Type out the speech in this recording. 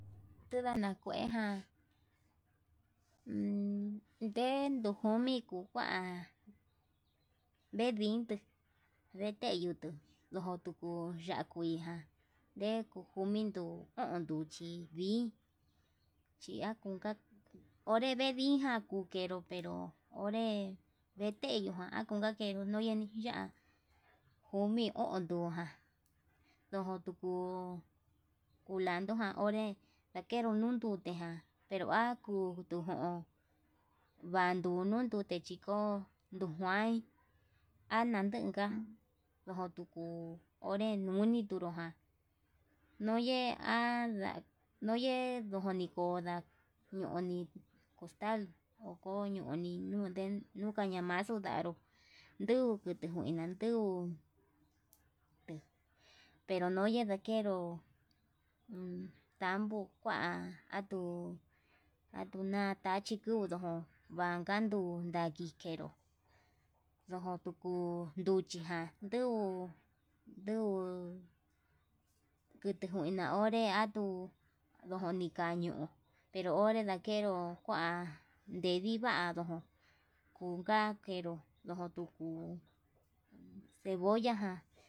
Tudana kuejan nde kukumi kuu kuan ndendintu, ndeteyutu ndo nduju ya'á kuijan nde kukuminduu u'un nduchi vii chi akunka onre ndedinja kuu, kenro pero onre veteyujan akuu akeru nuyeni ya'á jomi o'on nduján ndojo tuku kulandujan onré ndakero nondute ján pero ha kutu jón, banduu nunute chiko ndujuain anandunka ndojo kuu onre nune ndukuján noye anda noye ndujunikora, noni costal ho koñoni nunde nuka ñamaxuu ndanró nduu kutujuina nduu pero noya ndakero tambo kua, atuu atuu natachi kuduu vanka nuu ndadikero ndojo tuku nduchi ján nduu nduu kutu njuina onre atuu ndojoni ka'a ño'o, pero onre ndakero kuan ndekuaru kunka kero notuku cebolla ján.